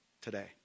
today